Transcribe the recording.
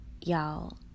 Y'all